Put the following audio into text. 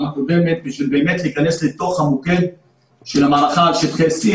הקודמת באמת בשביל להיכנס לתוך המוקד של המערכה על שטחי C,